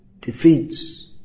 defeats